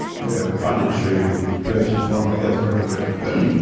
we are funded through perth environmental health directorate in perth.